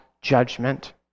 judgment